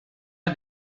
are